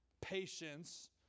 patience